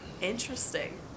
Interesting